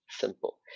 simple